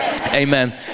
Amen